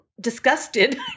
disgusted